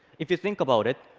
if you think about it,